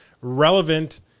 relevant